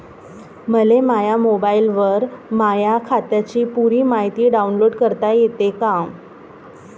मले माह्या मोबाईलवर माह्या खात्याची पुरी मायती डाऊनलोड करता येते का?